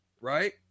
right